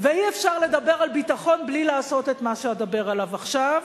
ואי-אפשר לדבר על ביטחון בלי לעשות את מה שאדבר עליו עכשיו,